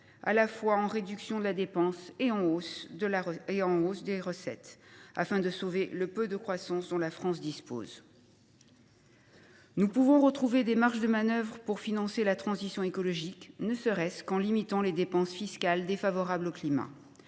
à la fois de réduction de la dépense et de hausse des recettes, afin de sauver le peu de croissance dont la France dispose. Nous pouvons retrouver des marges de manœuvre pour financer la transition écologique, ne serait ce qu’en limitant les dépenses fiscales défavorables au climat.